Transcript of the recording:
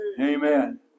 Amen